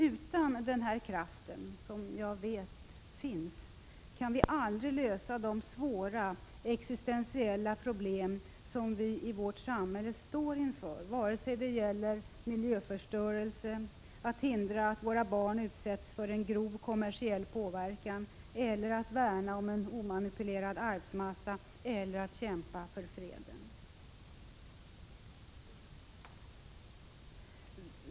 Utan denna kraft, som jag vet finns, kan vi aldrig lösa de svåra existentiella problem som vi i vårt samhälle står inför, vare sig det gäller miljöförstörelse eller att hindra att våra barn utsätts för grov kommersiell påverkan eller att värna om en omanipulerad arvsmassa eller att kämpa för fred.